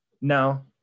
No